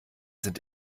sind